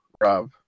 Rob